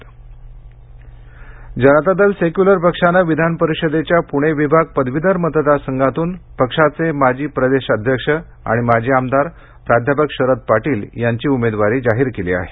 उमेदवारी जनता दल सेक्यूलर पक्षानं विधानपरिषदेच्या पूणे विभाग पदवीधर मतदारसंघांतून पक्षाचे माजी प्रदेश अध्यक्ष आणि माजी आमदार प्राध्यापक शरद पाटील यांची उमेदवारी जाहीर केली आहे